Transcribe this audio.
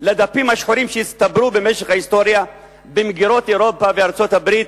לדפים השחורים שהצטברו במשך ההיסטוריה במגירות אירופה וארצות-הברית